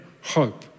hope